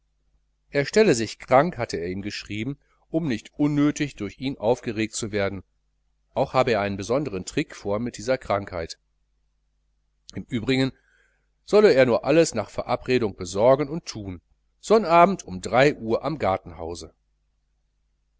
er stelle sich krank hatte er ihm geschrieben um nicht unnötig durch ihn aufgeregt zu werden auch habe er einen besonderen tric vor mit dieser krankheit im übrigen solle er nur alles genau nach verabredung besorgen und thun sonnabend um uhr am